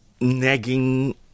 nagging